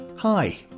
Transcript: Hi